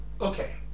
okay